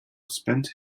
spent